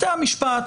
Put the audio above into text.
בתי המשפט